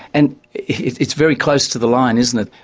and it's very close to the line, isn't it?